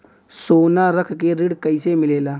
सोना रख के ऋण कैसे मिलेला?